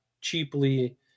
cheaply